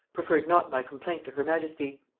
preferred not my complaint to her majesty.